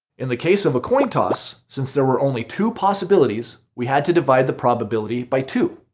in the case of a coin toss, since there were only two possibilities, we had to divide the probability by two.